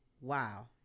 Wow